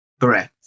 correct